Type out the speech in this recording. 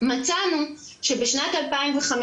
מצאנו שבשנת 2015